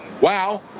Wow